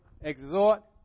exhort